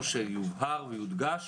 ביקשו שיובהר ויודגש